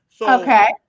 Okay